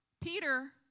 Peter